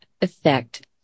effect